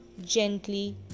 gently